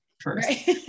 first